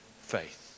faith